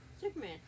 Superman